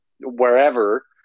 wherever